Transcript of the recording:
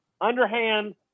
underhand